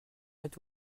êtes